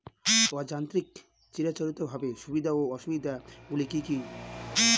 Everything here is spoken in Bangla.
অযান্ত্রিক চিরাচরিতভাবে সুবিধা ও অসুবিধা গুলি কি কি?